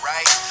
Right